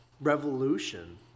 revolution